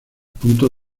punto